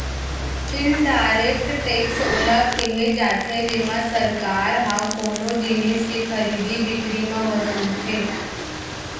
indirect tax ओला केहे जाथे जेमा सरकार ह कोनो जिनिस के खरीदी बिकरी म वसूलथे